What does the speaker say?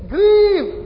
Grieve